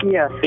Yes